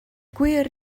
gwir